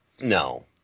No